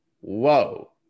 Whoa